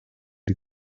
die